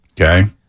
Okay